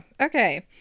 Okay